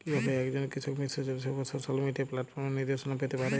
কিভাবে একজন কৃষক মিশ্র চাষের উপর সোশ্যাল মিডিয়া প্ল্যাটফর্মে নির্দেশনা পেতে পারে?